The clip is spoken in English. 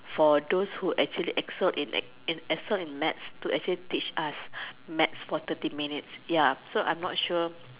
for those who actually excelled in in excelled in maths to actually teach us maths for thirty minutes ya so I'm not sure